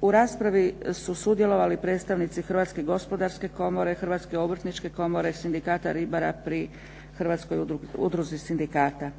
U raspravi su sudjelovali predstavnici Hrvatske gospodarske komore, Hrvatske obrtničke komore, sindikata ribara pri Hrvatskoj udruzi sindikata.